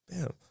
Bam